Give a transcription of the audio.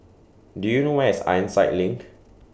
Do YOU know Where IS Ironside LINK